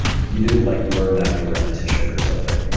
you didn't like learn that through repetition or something.